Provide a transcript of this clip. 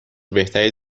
بهتری